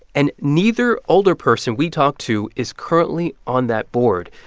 and neither alderperson we talked to is currently on that board.